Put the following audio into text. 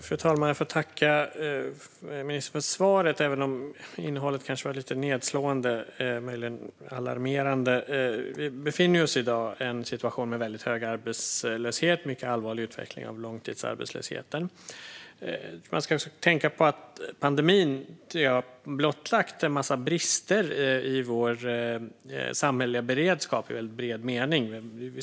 Fru talman! Jag får tacka ministern för svaret, även om innehållet var lite nedslående och möjligen alarmerande. Vi befinner oss ju i dag i en situation med väldigt hög arbetslöshet och en mycket allvarlig utveckling av långtidsarbetslösheten. Pandemin har blottlagt en massa brister i vår samhälleliga beredskap i bred mening.